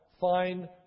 fine